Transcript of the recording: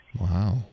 Wow